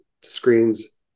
screens